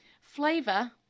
flavor